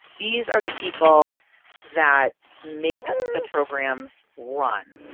these are the people that make the programs run.